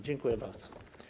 Dziękuję bardzo.